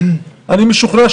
אני משוכנע,